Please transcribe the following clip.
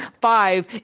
five